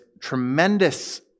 tremendous